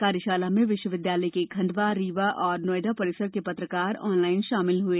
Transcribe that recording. कार्यशाला में विश्वविद्यालय के खंडवा रीवा और नोयडा परिसर के पत्रकार ऑनलाइन शामिल हुए